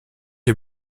est